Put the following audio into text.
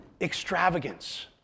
extravagance